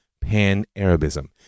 pan-Arabism